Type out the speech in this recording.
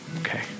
Okay